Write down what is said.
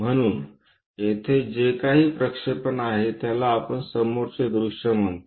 म्हणून येथे जे काही प्रक्षेपण आहे त्याला आपण समोरचे दृश्य म्हणतो